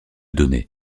données